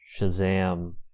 Shazam